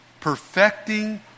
perfecting